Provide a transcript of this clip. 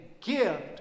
gift